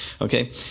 Okay